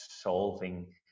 solving